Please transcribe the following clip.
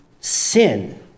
sin